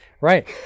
Right